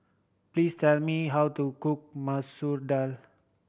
please tell me how to cook Masoor Dal